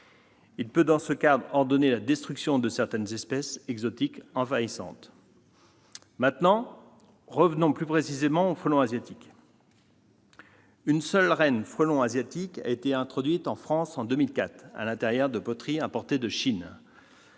Il peut, dans ce cadre, ordonner la destruction de certaines espèces exotiques envahissantes. Mais revenons plus précisément au frelon asiatique. Une seule reine frelon asiatique a été introduite en France en 2004 à l'intérieur de poteries importées de Chine.